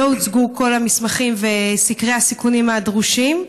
לא הוצגו כל המסמכים וסקרי הסיכונים הדרושים.